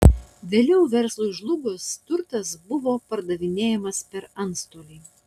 vėliau verslui žlugus turtas buvo pardavinėjamas per antstolį